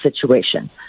situation